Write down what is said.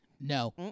No